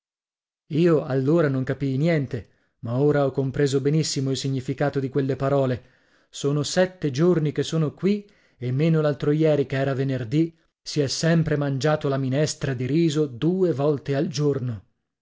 io allora non capii niente ma ora ho compreso benissimo il significato dì quelle parole sono sette giorni che sono qui e meno l'altro ieri che era venerdì si è sempre mangiato la minestra di riso due volte al giorno